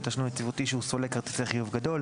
תשלום יציבותי שהוא סולק כרטיסי חיוב גדול".